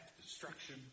destruction